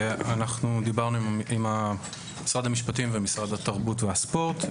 אנחנו דיברנו עם משרד המשפטים ועם משרד התרבות והספורט.